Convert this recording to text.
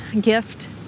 gift